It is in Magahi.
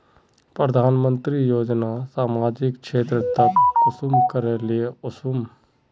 प्रधानमंत्री योजना सामाजिक क्षेत्र तक कुंसम करे ले वसुम?